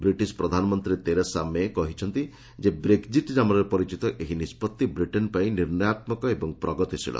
British ପ୍ରଧାନମନ୍ତ୍ରୀ Theresa May' କହିଛନ୍ତି ଯେ ବ୍ରେକ୍ଜିଟ୍ ନାମରେ ପରିଚିତ ଏହି ନିଷ୍କଭି ବ୍ରିଟେନ୍ ପାଇଁ ନିର୍ଣ୍ଣୟାତ୍ମକ ଏବଂ ପ୍ରଗତିଶୀଳ